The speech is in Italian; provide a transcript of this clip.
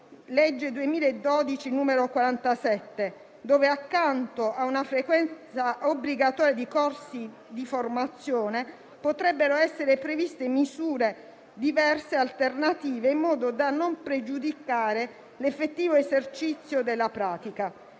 del 2012) in cui, accanto a una frequenza obbligatoria di corsi di formazione, potrebbero essere previste misure diverse e alternative, in modo da non pregiudicare l'effettivo esercizio della pratica.